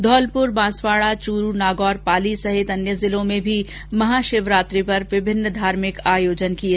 धौलपुर बांसवाडा चूरू नागौर पाली सहित अन्य जिलों में भी महाशिवरात्रि पर विभिन्न धार्मिक आयोजन किए जा रहे हैं